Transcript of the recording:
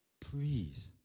please